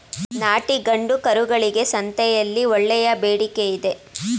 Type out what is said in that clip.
ನಾಟಿ ಗಂಡು ಕರುಗಳಿಗೆ ಸಂತೆಯಲ್ಲಿ ಒಳ್ಳೆಯ ಬೇಡಿಕೆಯಿದೆ